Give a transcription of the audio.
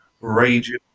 raging